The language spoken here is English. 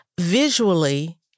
visually